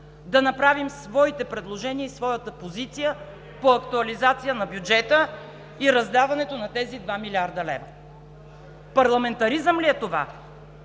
да направим своите предложения и своята позиция по актуализация на бюджета и раздаването на тези 2 млрд. лв. Парламентаризъм ли е това?